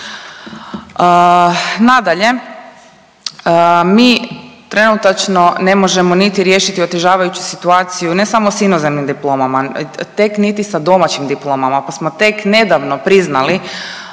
Nadalje, mi trenutačno ne možemo niti riješiti otežavajuću situaciju ne samo s inozemnim diplomama, tek niti sa domaćim diplomama, pa smo tek nedavno priznali